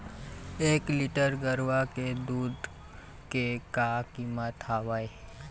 एक लीटर गरवा के दूध के का कीमत हवए?